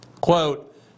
Quote